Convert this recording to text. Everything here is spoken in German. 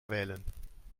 wählen